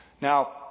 Now